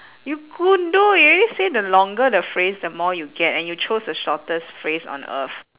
you goondu it already say the longer the phrase the more you get and you chose the shortest phrase on earth